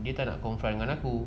dia tak nak confront dengan aku